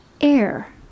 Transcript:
air